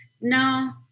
No